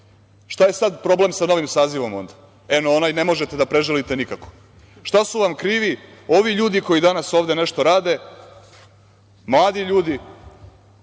Šta je sad problem sa novim sazivom onda? Eno, onaj ne možete da prežalite nikako. Šta su vam krivi ovi ljudi koji danas ovde nešto rade, mladi ljudi,